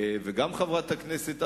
גם חברת הכנסת אברהם,